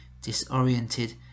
disoriented